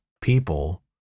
people